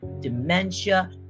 dementia